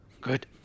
Good